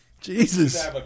Jesus